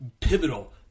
pivotal